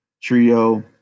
trio